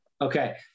okay